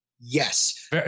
Yes